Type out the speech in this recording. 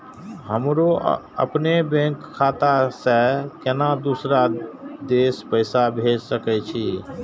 हमरो अपने बैंक खाता से केना दुसरा देश पैसा भेज सके छी?